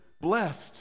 blessed